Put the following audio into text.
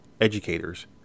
educators